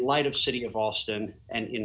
light of city of austin and in